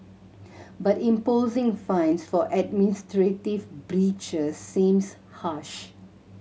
but imposing fines for administrative breaches seems harsh